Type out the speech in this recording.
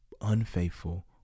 unfaithful